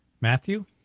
Matthew